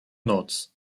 noc